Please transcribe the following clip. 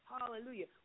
Hallelujah